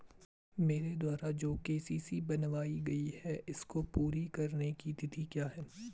मेरे द्वारा जो के.सी.सी बनवायी गयी है इसको पूरी करने की तिथि क्या है?